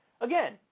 Again